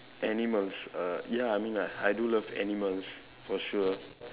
animals uh ya I mean I I do love animals for sure